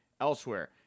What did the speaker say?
elsewhere